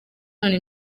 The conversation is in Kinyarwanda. none